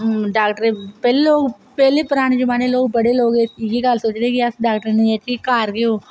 doctor पैहला पराने जमाने च लोग बड़े लोग इयै गल्ल सोचदे कि अस डाक्टरे दे नेईं जाह्चेै घर गै ओह्